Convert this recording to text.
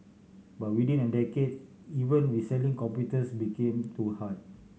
but within a decade even reselling computers became too hard